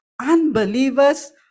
unbelievers